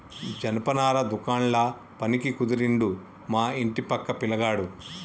జనపనార దుకాండ్ల పనికి కుదిరిండు మా ఇంటి పక్క పిలగాడు